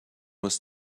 was